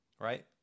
right